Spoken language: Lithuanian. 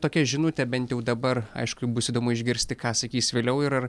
tokia žinutė bent jau dabar aišku bus įdomu išgirsti ką sakys vėliau ir ar